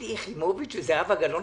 האמין.